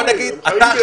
הם חיים יחד.